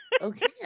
Okay